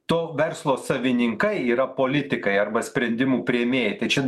to verslo savininkai yra politikai arba sprendimų priėmėjai tai čia